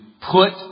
put